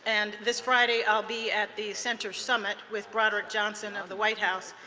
and this friday, i will be at the center summit with broaddrick johnson of the white house,